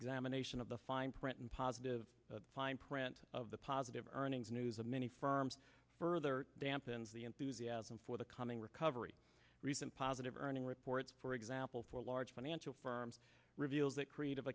examine nation of the fine print and positive fine print of the positive earnings news of many firms further dampens the enthusiasm for the coming recovery recent positive earnings reports for example for large financial firms reveals that creative